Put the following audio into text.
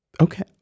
okay